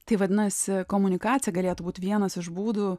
tai vadinasi komunikacija galėtų būt vienas iš būdų